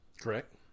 Correct